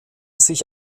sich